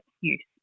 use